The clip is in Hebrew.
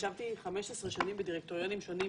שישבתי 15 שנים בדירקטוריונים שונים,